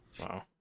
wow